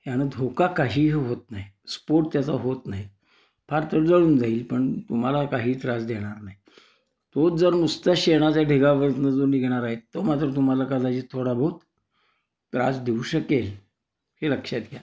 ह्यानं धोका काहीही होत नाही स्फोट त्याचा होत नाही फार तर जळून जाईल पण तुम्हाला काही त्रास देणार नाही तो जर नुसत्या शेणाचा ढिगावरून जो निघणार आहे तो मात्र तुम्हाला कदाचित थोडा बहुत त्रास देऊ शकेल हे लक्षात घ्या